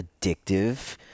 addictive